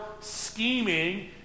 scheming